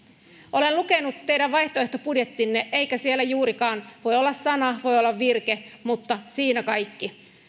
olen lukenut teidän vaihtoehtobudjettinne eikä siellä juurikaan voi olla sana voi olla virke mutta siinä kaikki